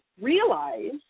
realize